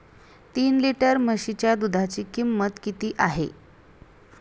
तीन लिटर म्हशीच्या दुधाची किंमत किती आहे?